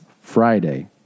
Friday